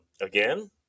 Again